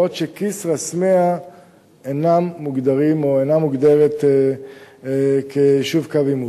בעוד כסרא-סמיע אינה מוגדרת כיישוב קו עימות.